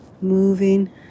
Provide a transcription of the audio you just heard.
moving